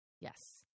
yes